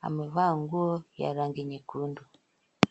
amevaa nguo ya rangi nyekundu.